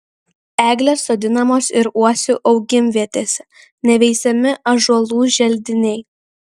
eglės sodinamos ir uosių augimvietėse neveisiami ąžuolų želdiniai